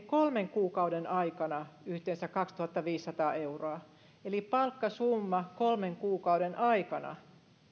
kolmen kuukauden aikana yhteensä kaksituhattaviisisataa euroa eli palkkasumma kolmen kuukauden aikana